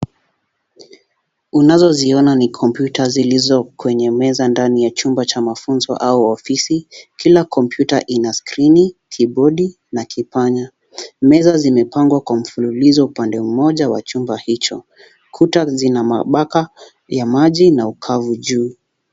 Unazo ziona ni kompyuta zilizo kwenye meza ndani ya chumba cha mafunzo au ofisi. Kila kompyuta ina skrini, kibodi, na kipanya. Meza zimepangwa kwa mfululizo upande mmoja wa chumba hicho. Kuta zina mabaka, ya maji, na ukavu juu.